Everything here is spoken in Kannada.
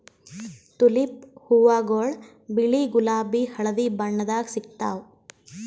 ತುಲಿಪ್ ಹೂವಾಗೊಳ್ ಬಿಳಿ ಗುಲಾಬಿ ಹಳದಿ ಬಣ್ಣದಾಗ್ ಸಿಗ್ತಾವ್